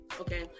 Okay